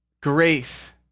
grace